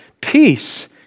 peace